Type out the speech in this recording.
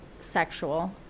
sexual